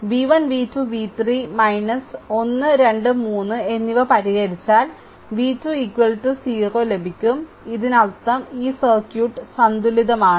v1 v2 v3 ന് ഒന്ന് 2 3 എന്നിവ പരിഹരിച്ചാൽ v2 0 ലഭിക്കും ഇതിനർത്ഥം ഈ സർക്യൂട്ട് സന്തുലിതമാണ്